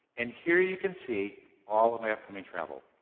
and here you can see all of my upcoming travel.